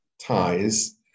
ties